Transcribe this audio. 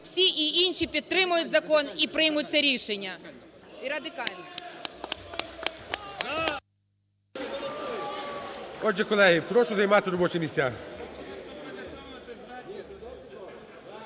всі і інші підтримають закон і приймуть це рішення. ГОЛОВУЮЧИЙ. Отже, колеги, прошу займати робочі місця.